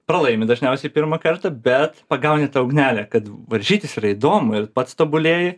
pralaimi dažniausiai pirmą kartą bet pagauni tą ugnelę kad varžytis yra įdomu ir pats tobulėji